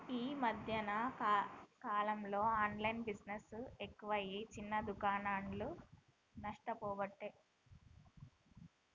ఈ మధ్యన కాలంలో ఆన్లైన్ బిజినెస్ ఎక్కువై చిన్న దుకాండ్లు నష్టపోబట్టే